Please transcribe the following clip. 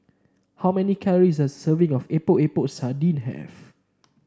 how many calories does a serving of Epok Epok Sardin have